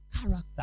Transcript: character